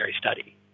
study